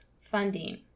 funding